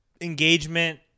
Engagement